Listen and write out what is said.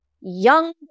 young